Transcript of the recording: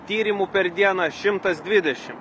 tyrimų per dieną šimtas dvidešim